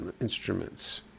instruments